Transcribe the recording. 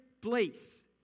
place